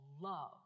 love